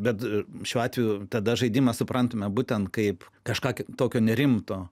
bet šiuo atveju tada žaidimą suprantame būtent kaip kažką tokio nerimto